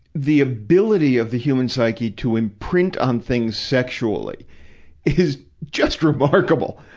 the ability of the human psyche to imprint on things sexually is just remarkable.